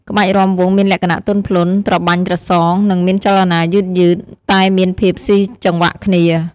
ក្បាច់រាំវង់មានលក្ខណៈទន់ភ្លន់ ត្របាញ់ត្រសង និងមានចលនាយឺតៗ តែមានភាពស៊ីចង្វាក់គ្នា។